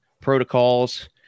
protocols